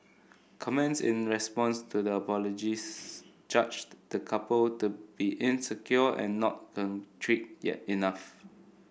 comments in response to the apologies judged the couple to be insecure and not contrite yet enough